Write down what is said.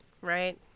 right